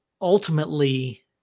ultimately